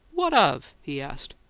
what of? he asked.